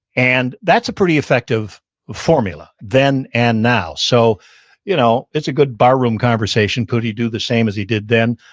and that's a pretty effective formula then and now. so you know, it's a good bar room conversation. could he do the same as he did then?